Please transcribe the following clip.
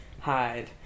hide